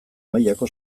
mailako